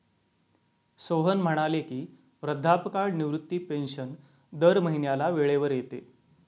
सोहन म्हणाले की, वृद्धापकाळ निवृत्ती पेन्शन दर महिन्याला वेळेवर येते